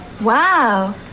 Wow